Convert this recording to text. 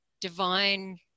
divine